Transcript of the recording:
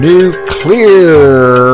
Nuclear